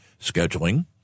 Scheduling